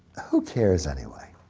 who cares, anyway?